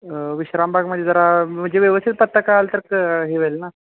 विश्रामबाग म्हणजे जरा म्हणजे व्यवस्थित पत्ता कळला तर क हे होईल ना